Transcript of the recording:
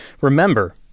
remember